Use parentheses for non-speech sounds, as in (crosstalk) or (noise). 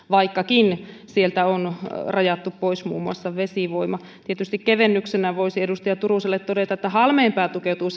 (unintelligible) vaikkakin sieltä on rajattu pois muun muassa vesivoima tietysti kevennyksenä voisi edustaja turuselle todeta että halmeenpää tukeutuu (unintelligible)